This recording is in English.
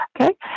okay